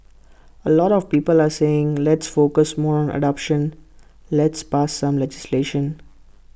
A lot of people are saying let's focus more on adoption let's pass some legislation